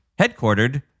headquartered